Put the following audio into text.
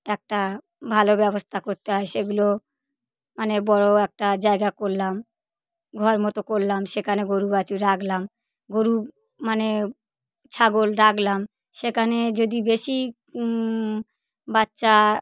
একটা ভালো ব্যবস্থা করতে হয় সেগুলো মানে বড়ো একটা জায়গা করলাম ঘর মতো করলাম সেকানে গরু বাছুর রাখলাম গরু মানে ছাগল রাখলাম সেখানে যদি বেশি বাচ্চা